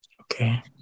Okay